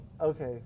Okay